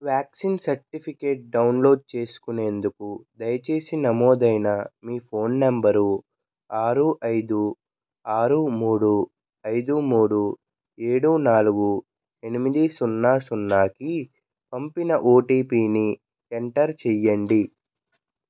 vaccine certificate download చేసుకునేందుకు దయచేసి నమోదైన మీ ఫోన్ నంబరు ఆరు ఐదు ఆరు మూడు ఐదు మూడు ఏడు నాలుగు ఎనిమిది సున్నా సున్నాకి పంపిన ఓటీపీని ఎంటర్ చెయ్యండి